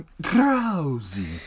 Drowsy